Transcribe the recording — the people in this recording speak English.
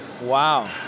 Wow